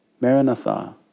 Maranatha